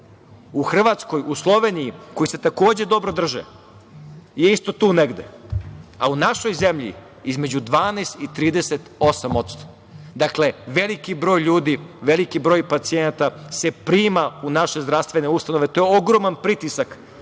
u Hrvatskoj, u Sloveniji koji se takođe dobro drže je isto tu negde, a u našoj zemlji između 12 i 38%.Dakle, veliki broj ljudi, veliki broj pacijenata se prima u naše zdravstvene ustanove, to je ogroman pritisak